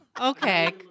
Okay